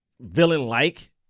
villain-like